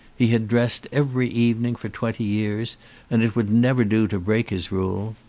he had dressed every evening for twenty years and it would never do to break his rule.